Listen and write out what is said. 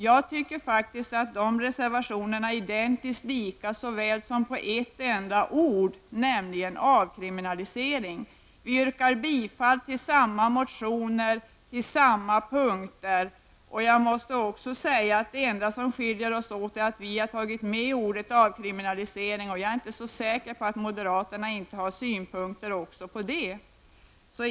Jag tycker faktiskt att reservationerna är identiskt lika utom när det gäller ett enda ord, nämligen ordet avkriminalisering. Vi tillstyrker samma motioner och punkter. Det enda som skiljer oss åt är att vi har tagit med ordet avkriminalisering. Jag är inte så säker på att moderaterna inte har synpunkter även på det.